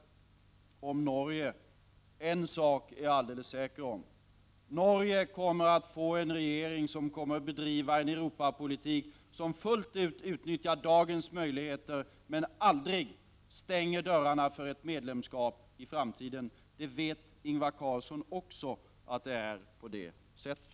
En sak är jag alldeles säker på: Norge kommer att få en regering, vilken kommer att bedriva en Europapolitik, som fullt ut utnyttjar dagens möjligheter men aldrig stänger dörrarna för ett medlemskap i framtiden. Också Ingvar Carlsson vet att det är på det sättet.